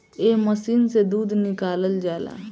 एह मशीन से दूध निकालल जाला